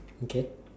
okay